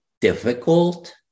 difficult